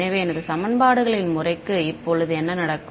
எனவே எனது சமன்பாடுகளின் முறைக்கு இப்போது என்ன நடக்கும்